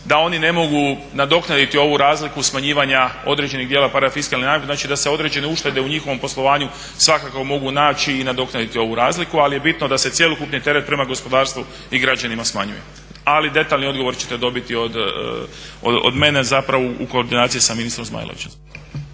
da oni ne mogu nadoknaditi ovu razliku smanjivanja određenih dijelova parafiskalnih nameta, znači da se određene uštede u njihovom poslovanju svakako mogu naći i nadoknaditi ovu razliku, ali je bitno da se cjelokupni teret prema gospodarstvu i građanima smanjuje. Ali detaljni odgovor ćete dobiti od mene zapravo u koordinaciji sa ministrom Zmajlovićem.